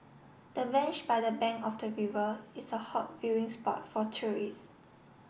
the bench by the bank of the river is a hot viewing spot for tourist